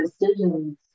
decisions